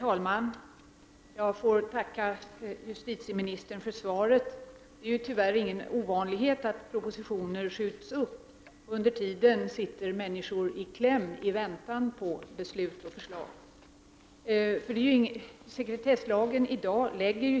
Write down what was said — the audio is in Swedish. Herr talman! Får jag först ta upp den sista punkten.